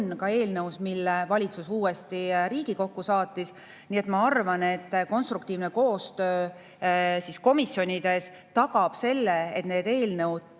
ka eelnõus, mille valitsus uuesti Riigikokku saatis. Nii et ma arvan, et konstruktiivne koostöö komisjonides tagab selle, et need eelnõud